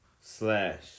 slash